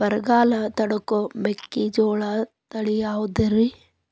ಬರಗಾಲ ತಡಕೋ ಮೆಕ್ಕಿಜೋಳ ತಳಿಯಾವುದ್ರೇ?